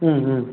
ம் ம்